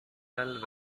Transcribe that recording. filled